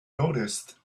noticed